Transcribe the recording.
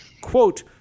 quote